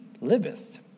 liveth